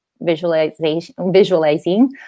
visualizing